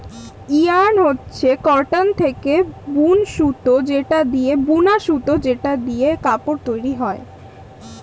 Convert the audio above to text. yarn হচ্ছে cotton থেকে বুন সুতো যেটা দিয়ে কাপড় তৈরী হয়